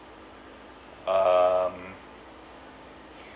um